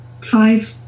five